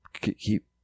keep